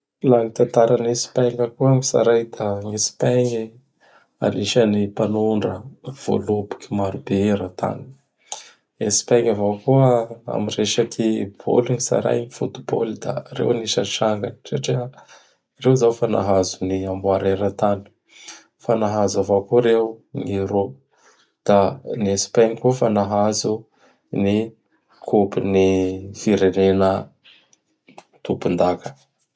La gn'ny tataran'i Espagne koa gn tsaray da gn'Espagne e, anisan'ny mpanodra voaloboky maro be era-tany. Espagne avao koa ami resaky bôly gn tsaray foot-bôly da reo anisan'ny sangany satria: reo zao fa nahazo ny amboara era-tany; fa nahazo avao koa reo ny Euro; da ny Espagne koa fa nahazo ny Coupe ny firenea tompon-daka.